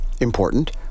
Important